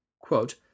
Quote